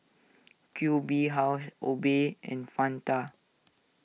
Q B House Obey and Fanta